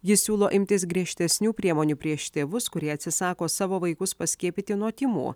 ji siūlo imtis griežtesnių priemonių prieš tėvus kurie atsisako savo vaikus paskiepyti nuo tymų